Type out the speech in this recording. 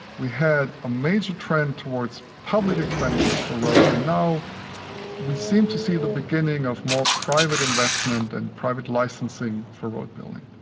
we had a major trend towards public expenditures for roads, and now we seem to see the beginning of more private investment and private licensing for road-building.